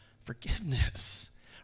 forgiveness